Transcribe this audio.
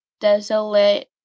desolate